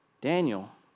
Daniel